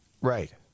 Right